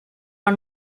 are